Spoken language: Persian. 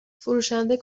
فروشنده